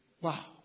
Wow